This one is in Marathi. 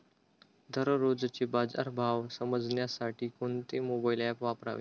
दररोजचे बाजार भाव समजण्यासाठी कोणते मोबाईल ॲप वापरावे?